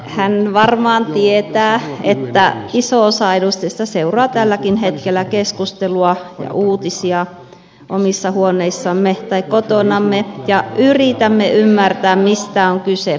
hän varmaan tietää että iso osa edustajista seuraa tälläkin hetkellä keskustelua ja uutisia omissa huoneissaan tai kotonaan ja yritämme ymmärtää mistä on kyse